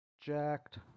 jacked